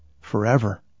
forever